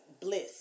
bliss